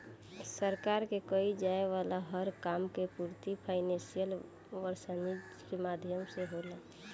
सरकार के कईल जाये वाला हर काम के पूर्ति फाइनेंशियल सर्विसेज के माध्यम से होला